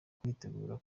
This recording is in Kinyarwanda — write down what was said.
kwitegura